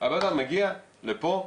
הבן אדם מגיע לפה,